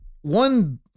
one